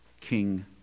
King